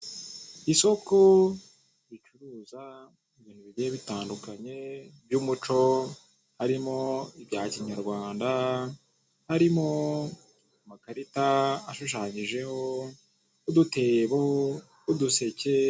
Isoko ricuruza ibintu bigiye bitandukanye by'umuco harimo ibya kinyarwanda harimo amakarita ashushanyijeho, udutebo, uduseke..